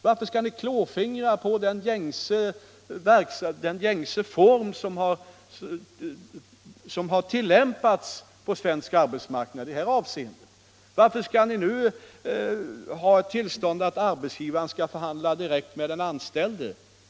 Varför skall ni klåfingra på de gängse normer som har tillämpats på svensk arbetsmarknad i detta avseende? Varför vill ni nu ha tillstånd för arbetsgivaren att förhandla direkt med den anställde?